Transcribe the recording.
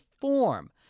form